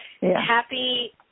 happy